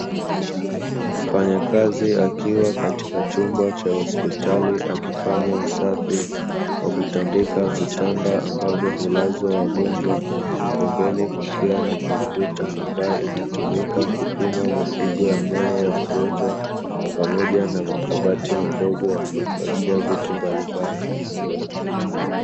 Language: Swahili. Mfanyakazi akiwa katika chumba cha hospitali akifanya usafi, kwa kutandika vitanda ambavyo hulazwa wagonjwa, pembeni kukiwa na kompyuta ambayo inatumika kupima mapigo ya moyo ya mgonjwa, pamoja na makabati madogo ya kuhifadhia vitu mbalimbali.